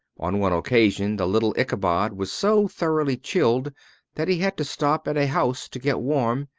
on one occasion the little ichabod was so thoroughly chilled that he had to stop at a house to get warm,